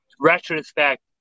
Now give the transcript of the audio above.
retrospect